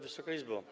Wysoka Izbo!